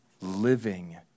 living